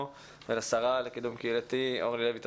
ולשרה לקידום קהילתי אורלי לוי אבקסיס.